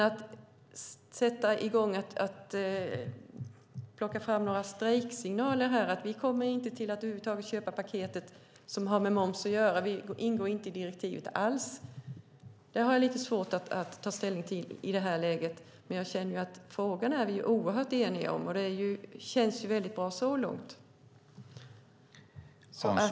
Att sända ut strejksignaler om att vi inte kommer att köpa paketet som har med moms att göra och att vi inte ingår alls i direktivet har jag lite svårt att ta ställning till i det här läget. Men frågan är vi oerhört eniga om, och det känns väldigt bra så långt.